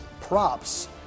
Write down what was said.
props